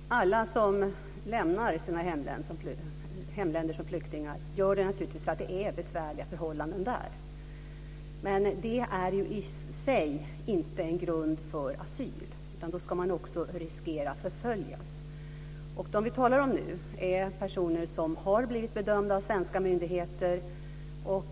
Fru talman! Alla som lämnar sina hemländer som flyktingar gör det naturligtvis för att det är besvärliga förhållanden där. Det är i sig inte en grund för asyl, utan man ska också riskera att förföljas. De vi talar om nu är personer som svenska myndigheter har